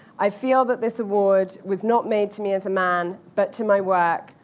i feel that this award was not made to me as a man, but to my work,